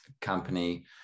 company